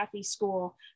school